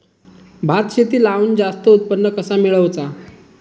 भात शेती लावण जास्त उत्पन्न कसा मेळवचा?